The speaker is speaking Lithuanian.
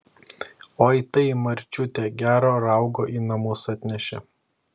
oi tai marčiutė gero raugo į namus atnešė